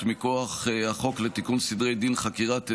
מכוח החוק לתיקון סדרי הדין (חקירת עדים),